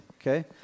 Okay